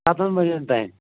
سَتَن بَجن تانۍ